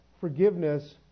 forgiveness